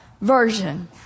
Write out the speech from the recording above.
version